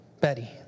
Betty